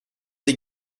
des